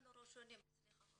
אנחנו ראשונים.